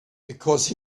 because